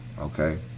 Okay